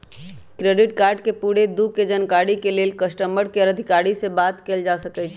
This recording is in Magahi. क्रेडिट कार्ड के पूरे दू के जानकारी के लेल कस्टमर केयर अधिकारी से बात कयल जा सकइ छइ